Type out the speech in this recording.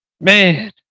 man